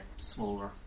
smaller